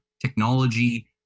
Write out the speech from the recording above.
technology